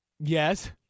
Yes